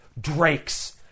drakes